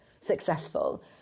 successful